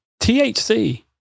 THC